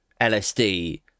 lsd